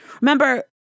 Remember